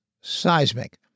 seismic